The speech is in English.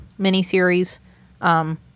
miniseries